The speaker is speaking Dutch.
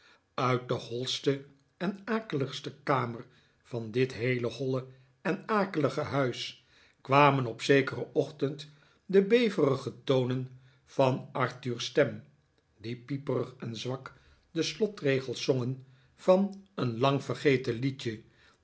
uit de holste en akeligste kamer van dit heele nolle en akelige huis kwamen op zekeren ochtend de beverige tonen van arthur's stem die pieperig en zwak de slotregels zong van een lang vergeten liedje